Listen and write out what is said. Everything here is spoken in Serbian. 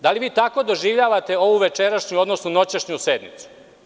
Da li vi tako doživljavate ovu večerašnju, odnosno noćašnju sednicu?